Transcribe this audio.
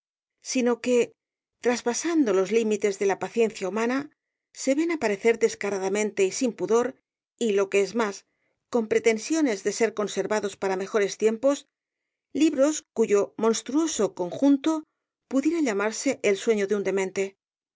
sino que traspasando los límites de la paciencia humana se ven aparecer descaradamente y sin pudor y lo que es más con pretensiones de ser conservados para mejores tiempos libros cuyo monstruoso conjunto pudiera llamarse el sueño de un demente